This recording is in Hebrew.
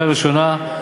לקריאה ראשונה.